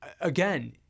again